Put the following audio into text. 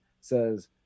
says